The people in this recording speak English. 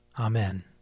Amen